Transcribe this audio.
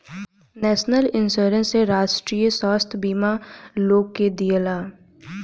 national Insurance से राष्ट्रीय स्वास्थ्य बीमा लोग के दियाला